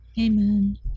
Amen